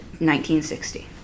1960